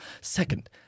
Second